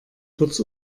kurz